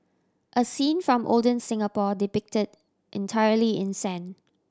a scene from olden Singapore depicted entirely in sand